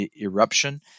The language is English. eruption